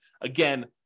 Again